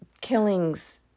killings